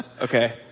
Okay